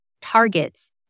targets